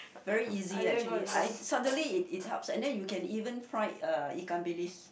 very easy actually I suddenly it it helps and then you can even fry uh ikan-bilis